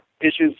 issues